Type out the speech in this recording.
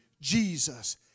Jesus